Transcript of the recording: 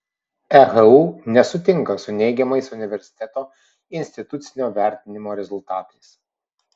ehu nesutinka su neigiamais universiteto institucinio vertinimo rezultatais